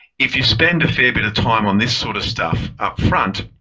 if you spend a fair bit of time on this sort of stuff ah front,